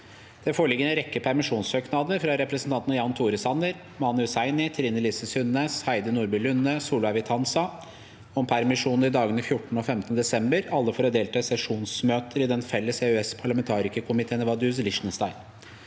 Det foreligger en rekke permisjonssøknader: – fra representantene Jan Tore Sanner, Mani Hussaini, Trine Lise Sundnes, Heidi Nordby Lunde og Solveig Vitanza om permisjon i dagene 14. og 15. desember – alle for å delta i sesjonsmøter i den felles EØS-parlamentarikerkomiteen i Vaduz, Liechtenstein